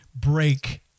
break